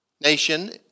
nation